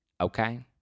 Okay